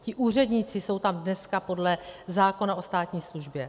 Ti úředníci jsou tam dneska podle zákona o státní službě.